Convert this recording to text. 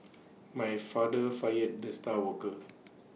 my father fired the star worker